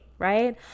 right